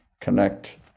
connect